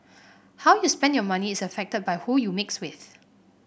how you spend your money is affected by who you mix with